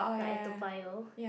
like at Toa Payoh